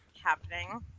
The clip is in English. happening